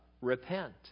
Repent